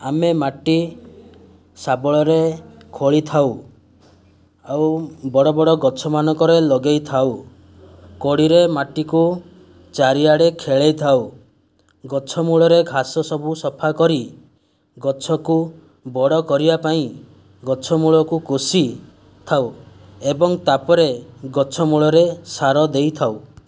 ଆମେ ମାଟି ଶାବଳରେ ଖୋଳି ଥାଉ ଆଉ ବଡ଼ ବଡ଼ ଗଛମାନଙ୍କରେ ଲଗାଇଥାଉ କୋଡ଼ିରେ ମାଟିକୁ ଚାରିଆଡ଼େ ଖେଳାଇ ଥାଉ ଗଛମୂଳରେ ଘାସ ସବୁ ସଫା କରି ଗଛକୁ ବଡ଼ କରିବା ପାଇଁ ଗଛ ମୂଳକୁ କୁଷି ଥାଉ ଏବଂ ତା'ପରେ ଗଛ ମୂଳରେ ସାର ଦେଇଥାଉ